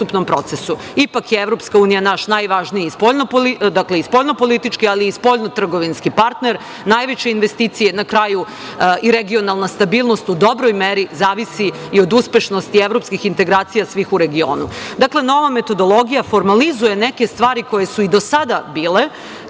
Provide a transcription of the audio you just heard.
Ipak je EU naš najvažniji spoljno politički ali i spoljno-trgovinski partner, najveće investicije na kraju i regionalna stabilnost u dobroj meri zavisi i od uspešnosti evropskih integracija svih u regionu. Nova